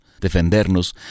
defendernos